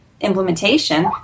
implementation